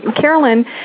Carolyn